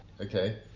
Okay